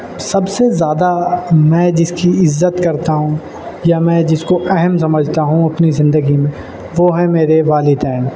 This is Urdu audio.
سب سے زیادہ میں جس کی عزت کرتا ہوں یا میں جس کو اہم سمجھتا ہوں اپنی زندگی میں وہ ہیں میرے والدین